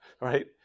right